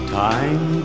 time